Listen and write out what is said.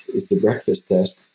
it's the breakfast test.